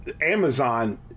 Amazon